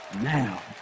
Now